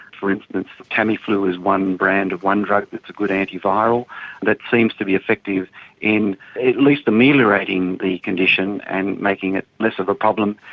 for instance, tamiflu is one brand of one drug that's a good anti-viral that seems to be effective in at least ameliorating the condition and making it less of a problem.